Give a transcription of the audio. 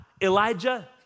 Elijah